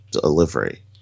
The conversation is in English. delivery